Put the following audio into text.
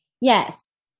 yes